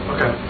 Okay